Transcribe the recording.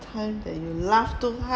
time that you laugh too hard